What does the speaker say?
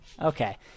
Okay